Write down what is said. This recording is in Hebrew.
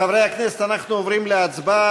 חברי הכנסת, אנחנו עוברים להצבעה.